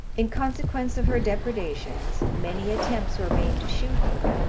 in consequence of her depredations, many attempts were made to shoot her,